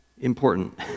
important